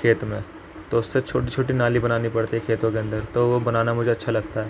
کھیت میں تو اس سے چھوٹی چھوٹی نالی بنانی پڑتی ہے کھیتوں کے اندر تو وہ بنانا مجھے اچھا لگتا ہے